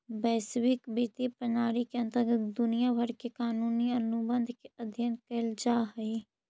वैश्विक वित्तीय प्रणाली के अंतर्गत दुनिया भर के कानूनी अनुबंध के अध्ययन कैल जा हई